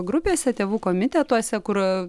grupėse tėvų komitetuose kur